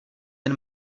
jen